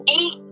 Eight